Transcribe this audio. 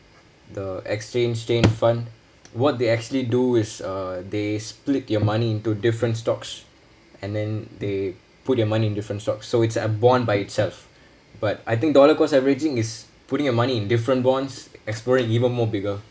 the exchange change fund what they actually do is uh they split your money into different stocks and then they put your money in different stocks so it's like a bond by itself but I think dollar cost averaging is putting your money in different bonds exploring even more bigger